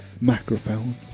Microphone